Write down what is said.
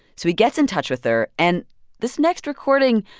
so he gets in touch with her. and this next recording,